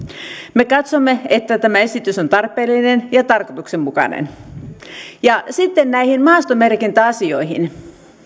me katsomme että tämä esitys on tarpeellinen ja tarkoituksenmukainen sitten näihin maastomerkintäasioihin